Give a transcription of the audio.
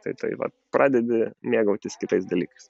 tai tai va pradedi mėgautis kitais dalykais